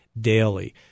daily